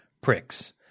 pricks